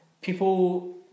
people